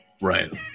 Right